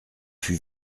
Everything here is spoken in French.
fut